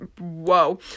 whoa